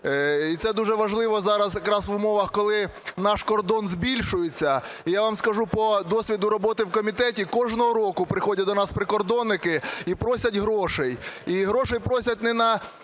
Це дуже важливо зараз якраз в умовах, коли наш кордон збільшується. Я вам скажу по досвіду роботи в комітеті, кожного року приходять до нас прикордонники і просять грошей. І грошей просять не на